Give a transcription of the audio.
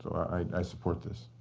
i support this.